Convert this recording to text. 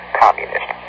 communist